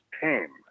tame